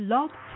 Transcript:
Love